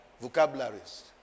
vocabularies